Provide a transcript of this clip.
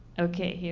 okay.